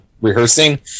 rehearsing